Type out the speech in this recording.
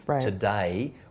today